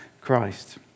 Christ